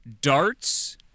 darts